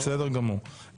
בסדר גמור.